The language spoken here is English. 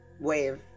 wave